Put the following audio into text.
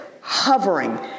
hovering